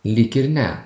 lyg ir ne